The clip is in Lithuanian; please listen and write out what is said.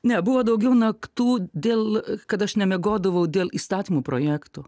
ne buvo daugiau naktų dėl kad aš nemiegodavau dėl įstatymų projektų